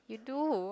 you do